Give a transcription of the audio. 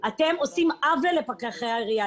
אתם עושים עוול לפקחי העירייה.